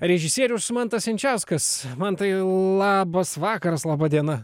režisierius mantas jančiauskas mantai labas vakaras laba diena